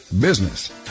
business